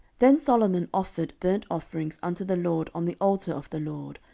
then solomon offered burnt offerings unto the lord on the altar of the lord,